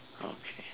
okay